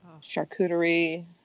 Charcuterie